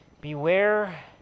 Beware